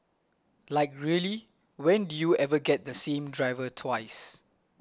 like really when do you ever get the same driver twice